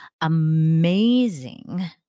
amazing